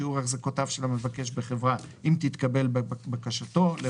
שיעור החזקותיו של המבקש בחברה אם תתקבל בקשתו: _______________________